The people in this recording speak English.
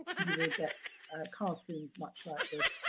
you will get cartoons much like this.